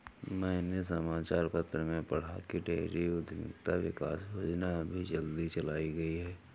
मैंने समाचार पत्र में पढ़ा की डेयरी उधमिता विकास योजना अभी जल्दी चलाई गई है